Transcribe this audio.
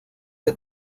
que